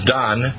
done